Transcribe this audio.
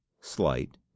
slight